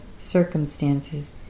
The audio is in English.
circumstances